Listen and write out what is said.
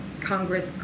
Congress